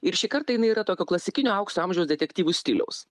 ir šį kartą jinai yra tokio klasikinio aukso amžiaus detektyvų stiliaus